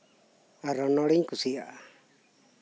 ᱟᱨ ᱨᱚᱱᱚᱲᱤᱧ ᱠᱩᱥᱤᱭᱟᱜᱼᱟ